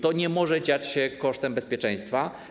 To nie może dziać się kosztem bezpieczeństwa.